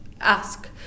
Ask